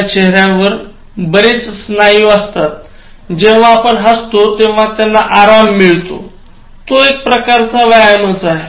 आपल्या चेहऱ्यावर बेरच स्नायू असतात जेव्हा आपण हसतो तेव्हा त्यांना आराम मिळतो तो एकप्रकारचा व्यायाम आहे